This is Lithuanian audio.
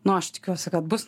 nu aš tikiuosi kad bus